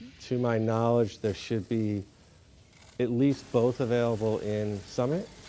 to my knowledge, there should be at least both available in summit,